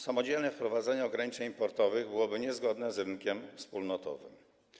Samodzielne wprowadzenie ograniczeń importowych byłoby niezgodne z rynkiem wspólnotowym.